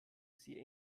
sie